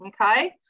okay